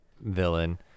villain